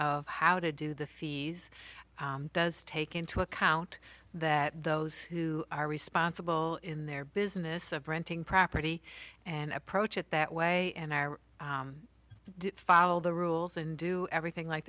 of how to do the fees does take into account that those who are responsible in their business of renting property and approach it that way and follow the rules and do everything like